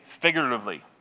figuratively